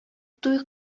туй